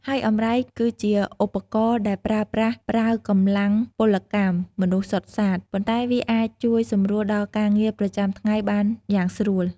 ហើយអម្រែក គឺជាឧបករណ៍ដែលប្រើប្រាស់ប្រើកម្លាំងពលកម្មមនុស្សសុទ្ធសាធ ប៉ុន្តែវាអាចជួយសម្រួលដល់ការងារប្រចាំថ្ងៃបានយ៉ាងស្រួល។